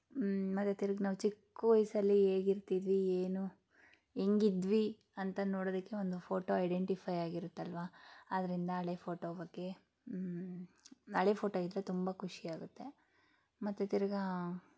ಮತ್ತು ತಿರ್ಗಿ ನಾವು ಚಿಕ್ಕ ವಯಸ್ಸಲ್ಲಿ ಹೇಗಿರ್ತಿದ್ವಿ ಏನು ಹೆಂಗಿದ್ವಿ ಅಂತ ನೋಡೋದಕ್ಕೆ ಒಂದು ಫೋಟೋ ಐಡೆಂಟಿಫೈ ಆಗಿರುತ್ತಲ್ಲವಾ ಆದ್ದರಿಂದ ಹಳೆ ಫೋಟೋ ಬಗ್ಗೆ ಹಳೆ ಫೋಟೋ ಇದ್ದರೆ ತುಂಬ ಖುಷಿಯಾಗುತ್ತೆ ಮತ್ತು ತಿರ್ಗಿ